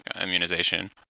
immunization